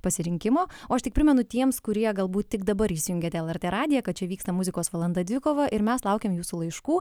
pasirinkimo o aš tik primenu tiems kurie gal būt tik dabar įsijungiat lrt radiją kad čia vyksta muzikos valanda dvikova ir mes laukiam jūsų laiškų